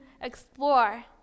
explore